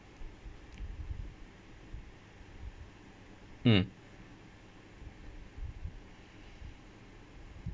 mm